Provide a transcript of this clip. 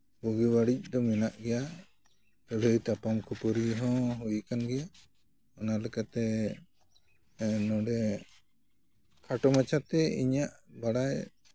ᱵᱩᱜᱤ ᱵᱟᱹᱲᱤᱡ ᱫᱚ ᱢᱮᱱᱟᱜ ᱜᱮᱭᱟ ᱞᱟᱹᱲᱦᱟᱹᱭ ᱛᱟᱯᱟᱢ ᱠᱷᱟᱹᱯᱟᱨᱤ ᱦᱚᱸ ᱦᱩᱭ ᱟᱠᱟᱱ ᱜᱮᱭᱟ ᱚᱱᱟ ᱞᱮᱠᱟᱛᱮ ᱱᱚᱸᱰᱮ ᱠᱷᱟᱴᱚ ᱢᱟᱪᱷᱟᱛᱮ ᱤᱧᱟᱹᱜ ᱵᱟᱰᱟᱭ